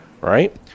Right